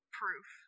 proof